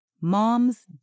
Mom's